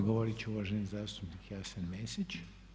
Odgovorit će uvaženi zastupnik Jasen Mesić.